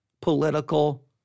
political